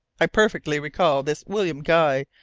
i perfectly recall this william guy,